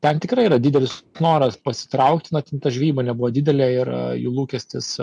ten tikrai yra didelis noras pasitraukti na ta žvejyba nebuvo didelė ir jų lūkestis